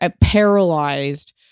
paralyzed